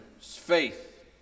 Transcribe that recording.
faith